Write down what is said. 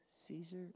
Caesar